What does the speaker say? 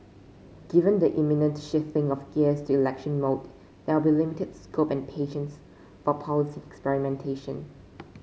given the imminent shifting of gears to election mode there be limited scope and patience for policy experimentation